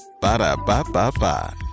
Ba-da-ba-ba-ba